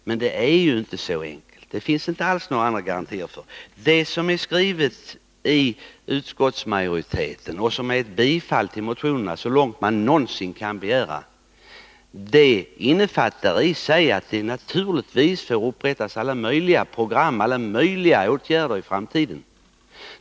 Men det är ju inte så enkelt — det finns inte alls några garantier för det. Utskottsmajoritetens skrivning, som innebär en tillstyrkan av motionerna, så långt man någonsin kan begära det, innefattar i sig att det naturligtvis får upprättas alla möjliga program och vidtas alla möjliga åtgärder för framtiden.